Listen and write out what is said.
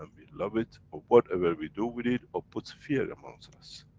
and we love it, or whatever we do with it, or puts fear amongst us.